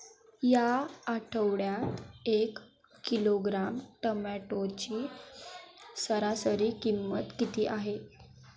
या आठवड्यात एक किलोग्रॅम टोमॅटोची सरासरी किंमत किती आहे?